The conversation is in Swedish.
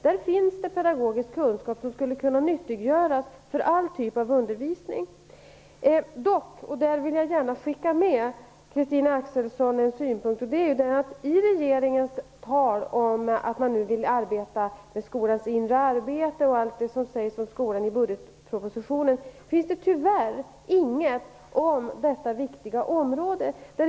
Det finns pedagogisk kunskap som skulle kunna nyttiggöras för all typ av undervisning. Jag vill gärna skicka med Christina Axelsson en synpunkt. I regeringens tal om att man nu vill arbeta med skolans inre arbete och i allt det som sägs om skolan i budgetpropositionen finns det tyvärr inget om detta viktiga område.